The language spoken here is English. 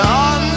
on